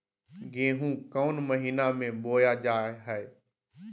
गेहूँ कौन महीना में बोया जा हाय?